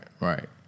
Right